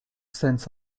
cents